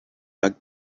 bug